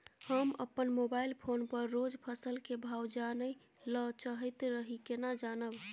हम अपन mobile phone पर रोज फसल के भाव जानय ल चाहैत रही केना जानब?